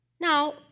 Now